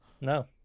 No